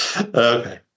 Okay